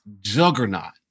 juggernaut